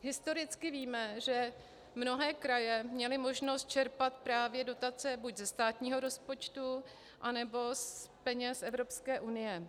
Historicky víme, že mnohé kraje měly možnost čerpat právě dotace buď ze státního rozpočtu, anebo z peněz Evropské unie.